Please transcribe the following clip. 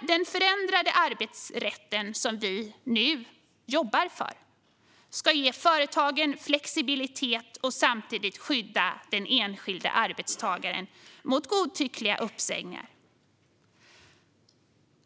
Den förändrade arbetsrätt som vi nu jobbar för ska ge företagen flexibilitet och samtidigt skydda den enskilda arbetstagaren mot godtyckliga uppsägningar.